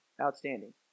outstanding